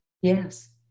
Yes